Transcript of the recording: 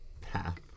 path